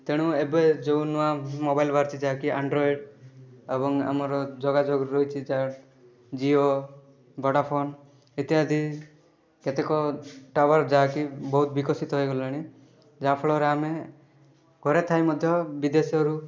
ତେଣୁ ଏବେ ଯେଉଁ ନୂଆ ମୋବାଇଲ୍ ବାହାରିଛି ଯାହାକି ଆଣ୍ଡ୍ରଏଡ଼୍ ଏବଂ ଆମର ଯୋଗାଯୋଗ ରହିଛି ଯାହା ଜିଓ ଭୋଡ଼ାଫୋନ୍ ଇତ୍ୟାଦି କେତେକ ଟାୱାର୍ ଯାହାକି ବହୁତ ବିକଶିତ ହେଇଗଲାଣି ଯାହାଫଳରେ ଆମେ ଘରେ ଥାଇ ମଧ୍ୟ ବିଦେଶରୁ